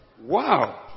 Wow